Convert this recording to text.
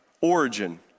Origin